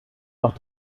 auch